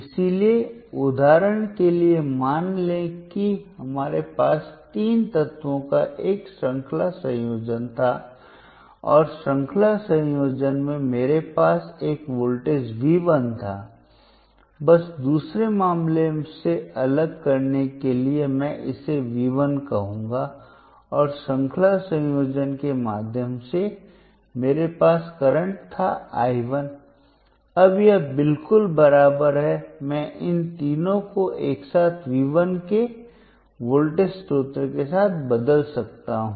इसलिए उदाहरण के लिए मान लें कि हमारे पास तीन तत्वों का एक श्रृंखला संयोजन था और श्रृंखला संयोजन में मेरे पास एक वोल्टेज V 1 था बस दूसरे मामले से अलग करने के लिए मैं इसे V 1 कहूंगा और श्रृंखला संयोजन के माध्यम से मेरे पास एक करंट था I 1 अब यह बिल्कुल बराबर है मैं इन तीनों को एक साथ V 1 के वोल्टेज स्रोत के साथ बदल सकता हूं